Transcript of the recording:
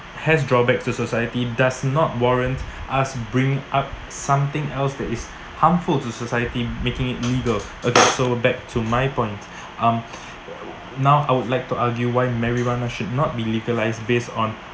has drawbacks to society does not warrant us bring up something else that is harmful to society making it legal so back to my point um now I would like to argue why marijuana should not be legalised based on